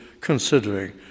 considering